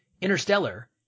Interstellar